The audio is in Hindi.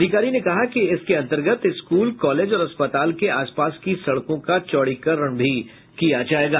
अधिकारी ने कहा कि इस अंतर्गत स्कूल कॉलेज और अस्पताल के आसपास की सड़कों का चौड़ीकरण किया जायेगा